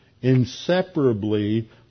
inseparably